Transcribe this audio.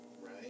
right